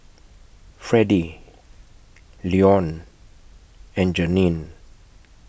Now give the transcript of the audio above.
Freddy Leone and Jeannine